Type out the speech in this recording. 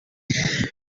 fell